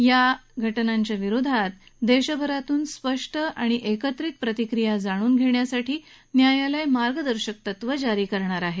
या घटनांच्या विरोधात संपूर्ण देशातून स्पष्ट आणि एकत्रित प्रतिक्रिया जाणून घेण्यासाठी न्यायालय मार्गदर्शक तत्व जारी करणार आहे